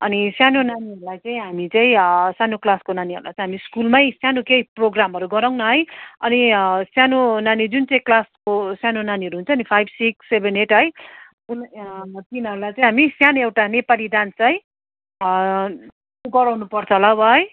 अनि सानो नानीहरूलाई चाहिँ हामी चाहिँ सानो क्लासको नानीहरूलाई चाहिँ हामी स्कुलमै सानो केही प्रोग्रामहरू गराउँ न है अनि सानो नानी जुन चाहिँ क्लास फोर सानो नानीहरू हुन्छ नि फाइभ सिक्स सेभेन एट है उनी तिनीहरूलाई चाहिँ हामी सानो एउटा नेपाली डान्स है गराउनुपर्छ होला अब है